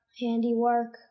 handiwork